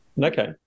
Okay